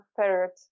third